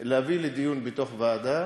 לדיון בתוך הוועדה,